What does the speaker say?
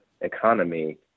economy